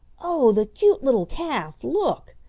oh, the cute little calf! look!